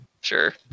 sure